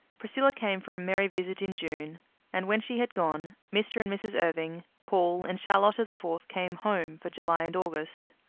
priscilla came for a merry visit in june and, when she had gone, mr. and mrs. irving, paul and charlotta the fourth came home for july and august.